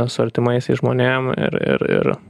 su artimaisiais žmonėm ir ir ir